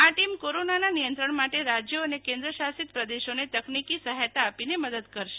આ ટીમ કોરોનાના નિયંત્રણ માટે રાજ્યો અને કેન્દ્ર શાસિત પ્રદેશોને તકનિકી સહાયતા આપીને મદદ કરશે